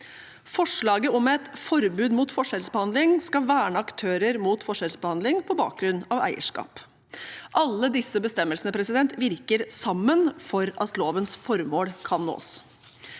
Forslaget om et forbud mot forskjellsbehandling skal verne aktører mot forskjellsbehandling på bakgrunn av eierskap. Alle disse bestemmelsene virker sammen for at lovens formål kan nås.